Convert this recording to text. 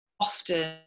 often